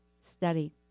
study